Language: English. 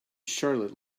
charlotte